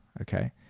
okay